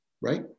Right